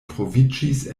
troviĝis